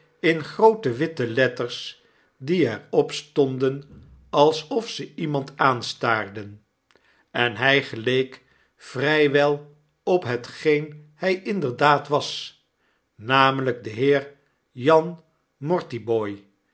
in groote witte letters die er op stonden alsof ze iemand aanstaarden en hy geleek vrjj wel op hetgeen hjj inderdaad was namelyk de heer jan